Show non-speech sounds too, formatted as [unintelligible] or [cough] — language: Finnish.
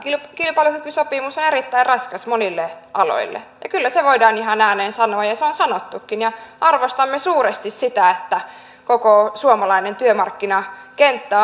kilpailukykysopimus on erittäin raskas monille aloille kyllä se voidaan ihan ääneen sanoa ja se on sanottukin arvostamme suuresti sitä että koko suomalainen työmarkkinakenttä [unintelligible]